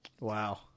Wow